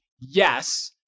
yes